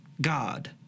God